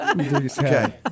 Okay